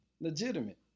legitimate